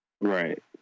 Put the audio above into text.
right